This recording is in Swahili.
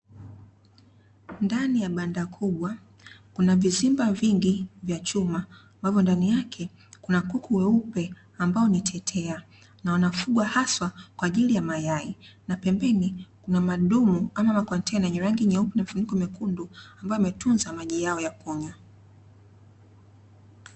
Ndani ya banda kubwa kuna vizimba vingi vya chuma ambavyo ndani yake kuna kuku weupe, ambao ni tetea ambao na wafugwa haswa kwajili ya mayai na pembeni kuna madumu ama makontena yenye rangi nyeupe na mifuniko mekundu ambayo yametunza maji yao ya kunywa.